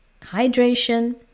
hydration